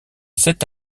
sept